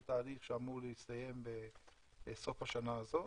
זה תהליך שאמור להסתיים בסוף השנה הזאת,